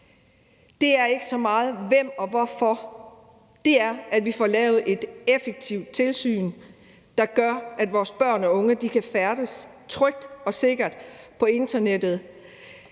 mig er ikke så meget hvem og hvorfor; det er, at vi får lavet et effektivt tilsyn, der gør, at vores børn og unge kan færdes trygt og sikkert på internettet.